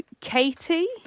Katie